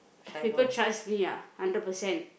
people trust me ah hundred percent